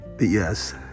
yes